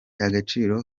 agaciro